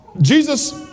Jesus